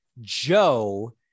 Joe